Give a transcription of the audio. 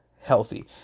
healthy